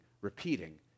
repeating